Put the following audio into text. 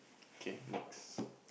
okay next